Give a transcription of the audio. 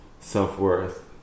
self-worth